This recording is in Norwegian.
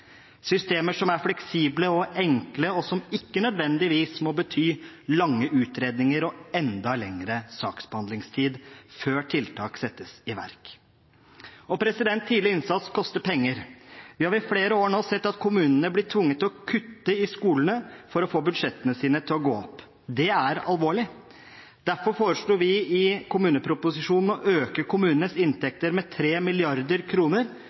systemer som er fleksible og enkle, og som ikke nødvendigvis må bety lange utredninger og enda lengre saksbehandlingstid før tiltak settes i verk. Tidlig innsats koster penger. Vi har i flere år nå sett at kommunene blir tvunget til å kutte i skolene for å få budsjettene sine til å gå opp. Det er alvorlig. Derfor foreslo vi i kommuneproposisjonen å øke kommunenes inntekter med